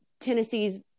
Tennessee's